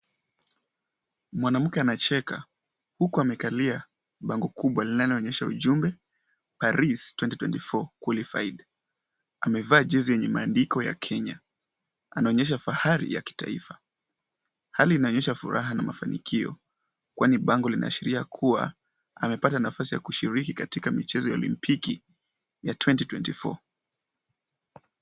Mwanamke anacheka huku amekalia bango kubwa linaloonyesha ujumbe Paris twenty twenty four qualified , amevaa jezi yenye imeandikwa ya Kenya, anaonyesha fahari ya kitaifa, hali inaonyesha furaha na mafanikio, kwani bango linaashiria kuwa amepata nafasi ya kushiriki katika michezo ya olimpiki ya twenty twenty four .